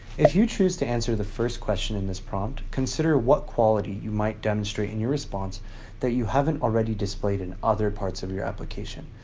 if you choose to answer the first question in this prompt, consider what quality you might demonstrate in your response that you haven't already displayed in other parts of your application.